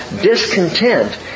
discontent